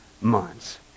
months